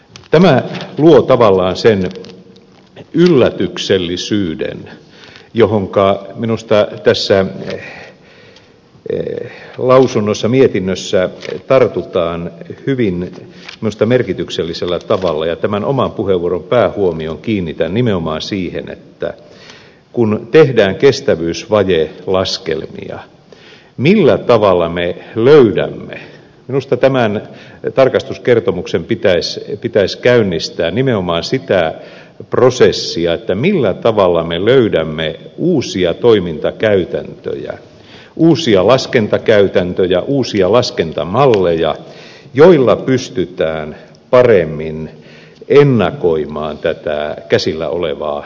tämä luo tavallaan sen yllätyksellisyyden johonka minusta tässä lausunnossa mietinnössä tartutaan hyvin minusta merkityksellisellä tavalla ja tämän oman puheenvuoron päähuomion kiinnitän nimenomaan siihen että kun tehdään kestävyysvajelaskelmia millä tavalla me löydämme minusta tämän tarkastuskertomuksen pitäisi käynnistää nimenomaan sitä prosessia uusia toimintakäytäntöjä uusia laskentakäytäntöjä uusia laskentamalleja joilla pystytään paremmin ennakoimaan tätä käsillä olevaa epävarmuutta